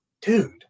dude